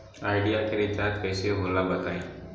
Idea के recharge कइसे होला बताई?